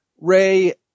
Ray